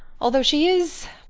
although she is.